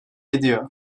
ediyor